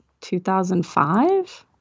2005